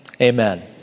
Amen